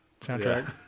soundtrack